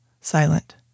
Silent